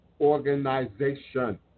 organization